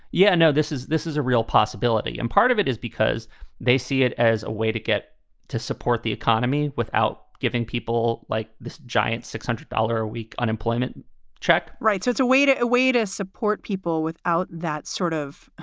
yeah, i no, this is this is a real possibility. and part of it is because they see it as a to get to support the economy without giving people like this giant six hundred dollar a week unemployment check right. so it's a way to a a way to support people without that sort of